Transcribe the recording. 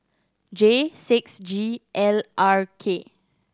J six G L R K